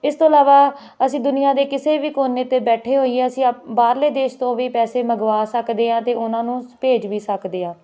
ਇਸ ਤੋਂ ਇਲਾਵਾ ਅਸੀਂ ਦੁਨੀਆਂ ਦੇ ਕਿਸੇ ਵੀ ਕੋਨੇ 'ਤੇ ਬੈਠੇ ਹੋਈਏ ਅਸੀਂ ਬਾਹਰਲੇ ਦੇਸ਼ ਤੋਂ ਵੀ ਪੈਸੇ ਮੰਗਵਾ ਸਕਦੇ ਹਾਂ ਅਤੇ ਉਹਨਾਂ ਨੂੰ ਭੇਜ ਵੀ ਸਕਦੇ ਹਾਂ